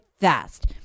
fast